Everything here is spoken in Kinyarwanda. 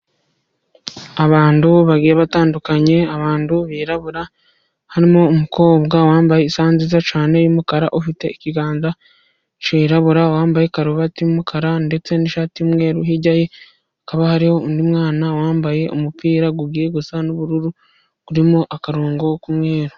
Abantu bagiye batandukanye, abantu birabura, harimo umukobwa wambaye isaha nziza cyane y'umukara, ufite ikiganza cyirabura, wambaye karuvati y'umukara ndetse n'ishati umweru. Hirya ye hakaba hariho undi mwana wambaye umupira ugiye gusa n'ubururu, uririmo akarongo k'umweru.